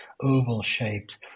oval-shaped